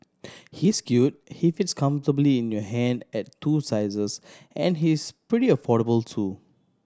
he's cute he fits comfortably in your hand at two sizes and he's pretty affordable too